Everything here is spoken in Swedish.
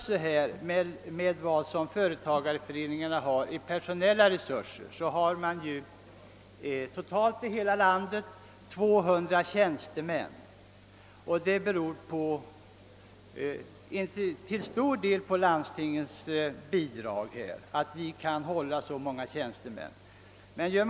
Ser man på företagareföreningarnas personella resurser finner man att det totalt i hela landet finns 200 tjänstemän, och orsaken till att vi kan ha så många tjänstemän är i hög grad landstingens bidrag.